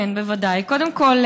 קודם כול,